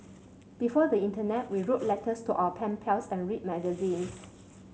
before the internet we wrote letters to our pen pals and read magazines